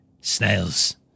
Snails